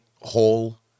whole